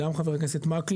בין השאר חבר הכנסת מקלב,